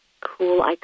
cool